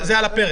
זה על הפרק.